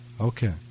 Okay